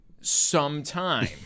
sometime